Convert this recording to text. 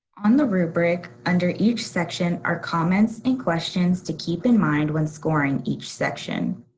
on the rubric under each section are comments and questions to keep in mind when scoring each section.